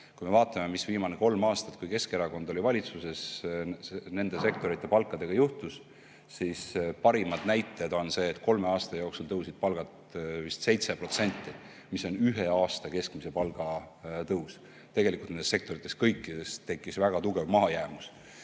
me vaatame, mis viimase kolme aastaga, kui Keskerakond oli valitsuses, nende sektorite palkadega juhtus, siis parim näide on see, et kolme aasta jooksul tõusid palgad vist 7%, mis on ühe aasta keskmise palga tõus. Tegelikult kõikides nendes sektorites tekkis väga tugev mahajäämus.